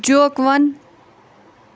جوک ون